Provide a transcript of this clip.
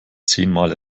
zehnmal